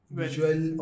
visual